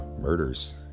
murders